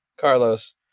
Carlos